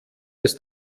des